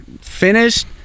finished